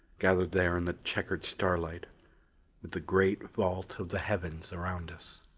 gathered there in the checkered starlight with the great vault of the heavens around us.